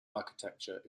architecture